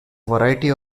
variety